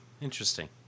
interesting